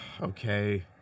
Okay